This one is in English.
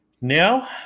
now